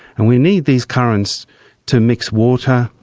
and we need these currents to mix water,